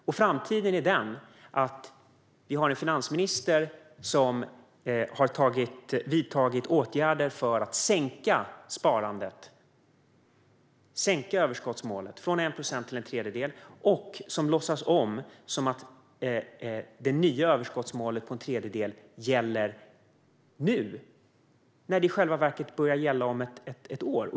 När det gäller framtiden har vi en finansminister som har vidtagit åtgärder för att minska sparandet och sänka överskottsmålet från 1 procent till en tredjedel och som låtsas som att det nya överskottsmålet på en tredjedel gäller nu, när det i själva verket börjar gälla om ett år.